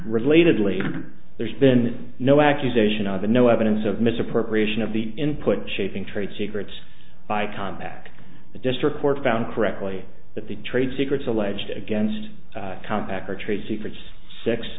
relatedly there's been no accusation on the no evidence of misappropriation of the input shaping trade secrets by compaq the district court found correctly that the trade secrets alleged against compaq or trade secrets s